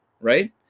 right